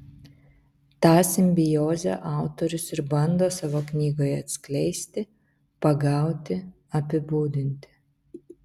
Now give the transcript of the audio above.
tą simbiozę autorius ir bando savo knygoje atskleisti pagauti apibūdinti